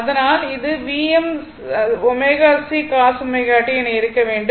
அதனால் இது Vm ω C cos ω t என இருக்க வேண்டும்